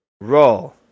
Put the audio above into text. Roll